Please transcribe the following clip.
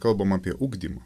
kalbama apie ugdymą